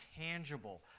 tangible